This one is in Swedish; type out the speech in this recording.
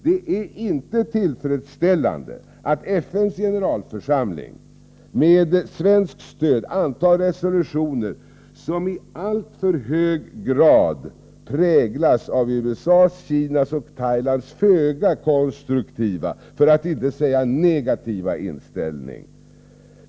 Det är inte tillfredsställande att FN:s generalförsamling med svenskt stöd antar resolutioner, som i alltför hög grad präglas av USA:s, Kinas och Thailands föga konstruktiva, för att inte säga negativa, inställning.